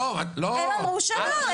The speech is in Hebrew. הם אמרו שלא.